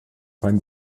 beim